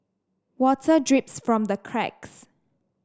water drips from the cracks